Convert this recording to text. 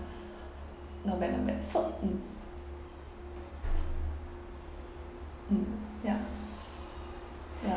not bad not bad so mm mm ya ya